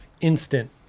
instant